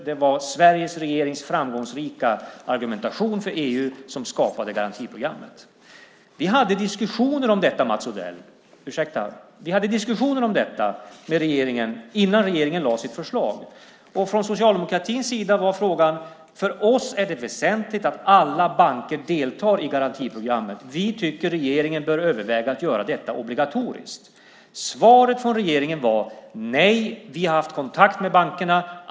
Det var Sveriges regerings framgångsrika argumentation i EU som skapade garantiprogrammet. Vi hade diskussioner om detta, Mats Odell, med regeringen innan regeringen lade fram sitt förslag. Vi socialdemokrater framförde att det var väsentligt för oss att alla banker deltog i garantiprogrammet. Vi tyckte att regeringen borde överväga att göra detta obligatoriskt. Svaret från regeringen var: Nej, vi har haft kontakt med bankerna.